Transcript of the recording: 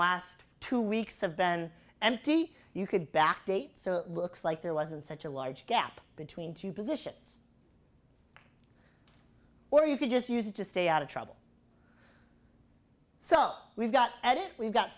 last two weeks have been empty you could back date so looks like there wasn't such a large gap between two positions or you could just use it to stay out of trouble so we've got at it we've got